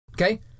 Okay